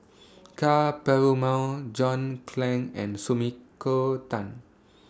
Ka Perumal John Clang and Sumiko Tan